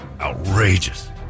outrageous